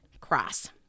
Cross